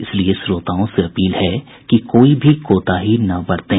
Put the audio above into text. इसलिए श्रोताओं से अपील है कि कोई भी कोताही न बरतें